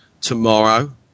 tomorrow